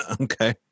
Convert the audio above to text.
Okay